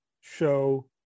show